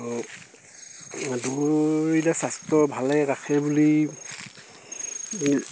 দৌৰিলে স্বাস্থ্য ভালে ৰাখে বুলি